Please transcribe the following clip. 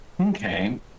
okay